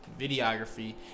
videography